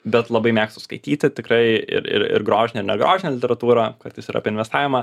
bet labai mėgstu skaityti tikrai ir ir ir grožinę ir negrožinę literatūrą kartais ir apie investavimą